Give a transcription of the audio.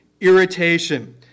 irritation